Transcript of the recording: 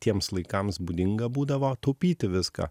tiems laikams būdinga būdavo taupyti viską